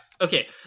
okay